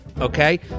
okay